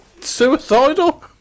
suicidal